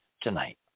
tonight